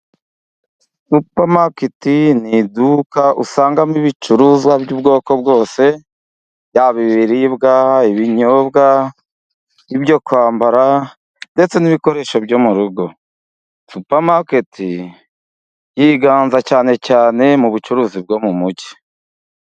Supamaketi ni iduka usangamo ibicuruzwa by'ubwoko bwose, yaba ibiribwa, ibinyobwa ,ibyo kwambara, ndetse n'ibikoresho byo mu rugo. supamaketi yiganza cyane cyane mu bucuruzi bwo mu mujyi.